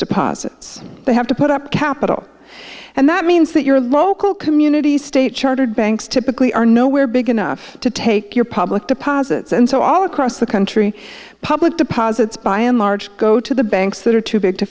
deposits they have to put up capital and that means that your local community state chartered banks typically are nowhere big enough to take your public deposits and so all across the country public deposits by and large go to the banks that are too big to